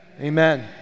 amen